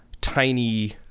tiny